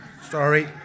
sorry